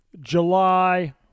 July